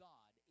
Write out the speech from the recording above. God